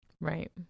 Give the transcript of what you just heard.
Right